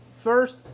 first